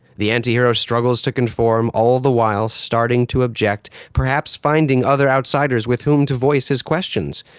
the anti-hero struggles to conform, all the while starting to object, perhaps finding other outsiders with whom to voice his questions,